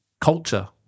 culture